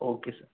okay sir